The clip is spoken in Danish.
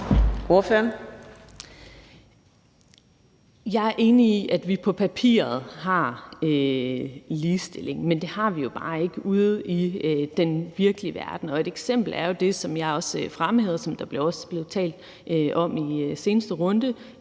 Jeg er enig i, at vi på papiret har ligestilling, men det har vi jo bare ikke ude i den virkelige verden. Og et eksempel er jo det, som jeg også fremhævede, og som der blev talt om i den seneste runde,